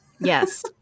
Yes